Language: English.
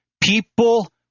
people